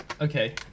okay